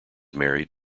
married